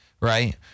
right